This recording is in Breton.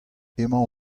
emañ